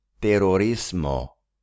terrorismo